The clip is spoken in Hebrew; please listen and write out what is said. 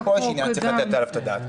ופה יש עניין שצריך לתת עליו את הדעת.